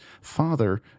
Father